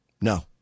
no